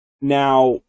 Now